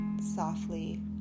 softly